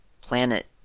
planet